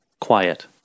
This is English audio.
Quiet